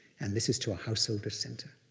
and this is to a household or center.